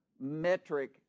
metric